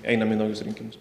einam į naujus rinkimus